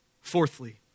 Fourthly